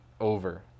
over